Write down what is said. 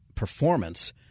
performance